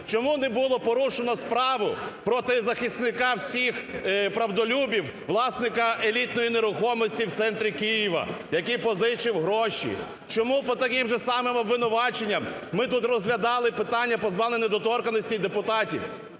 чому не було порушено справу проти захисника всіх правдолюбів, власника елітної нерухомості в центрі Києва, який позичив гроші. Чому по таким же самим обвинуваченням ми тут розглядали питання позбавлення недоторканності депутатів?